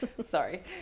Sorry